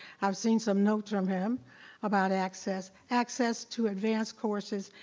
i've seen some notes from him about access, access to advanced courses,